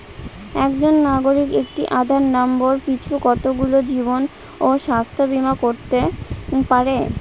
একজন নাগরিক একটি আধার নম্বর পিছু কতগুলি জীবন ও স্বাস্থ্য বীমা করতে পারে?